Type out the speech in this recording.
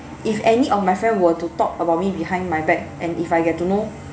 if any of my friend were to talk about me behind my back and if I get to know